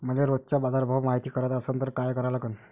मले रोजचा बाजारभव मायती कराचा असन त काय करा लागन?